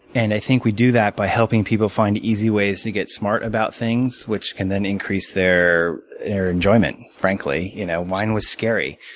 and i think we do that by helping people find easy ways to get smart about things, which can then increase their enjoyment, frankly. you know wine was scary.